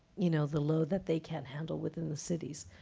you know the load that they can't handle within the cities.